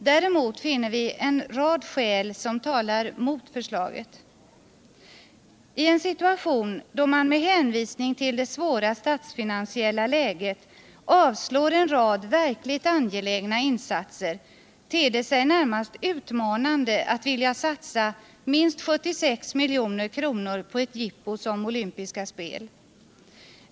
Däremot finner vi en rad skäl som talar mot förslaget. I en situation då man med hänvisning till det svåra statsfinansiella läget avslår förslag om en rad verkligt angelägna insatser ter det sig närmast utmanande att vilja satsa minst 76 milj.kr. på ett jippo som olympiska spel.